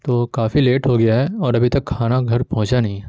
تو کافی لیٹ ہو گیا ہے اور ابھی تک کھانا گھر پہنچا نہیں ہے